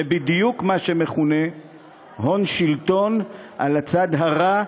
זה בדיוק מה שמכונה הון-שלטון על הצד הרע,